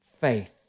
faith